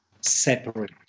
separate